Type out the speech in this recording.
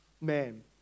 man